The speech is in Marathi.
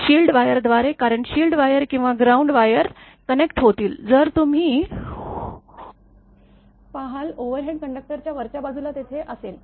शिल्ड वायरद्वारे कारण शील्ड वायर किंवा ग्राउंड वायर कनेक्ट होतीलजर तुम्ही पहाल ओव्हरहेड कंडक्टरच्या वरच्या बाजूला तेथे असेल